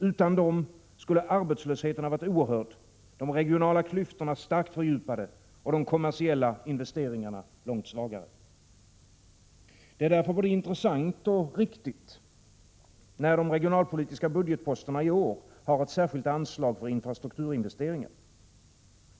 Utan dem skulle arbetslösheten ha varit oerhörd, de regionala klyftorna starkt fördjupade och de kommersiella investeringarna långt svagare. Det är därför både intressant och riktigt, när de regionalpolitiska budgetposterna i år har ett särskilt anslag för infrastrukturinvesteringar.